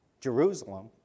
Jerusalem